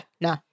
no